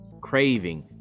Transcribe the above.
craving